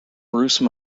bruce